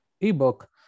ebook